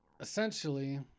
Essentially